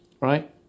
right